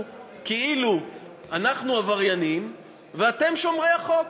כאילו אנחנו עבריינים ואתם שומרי החוק.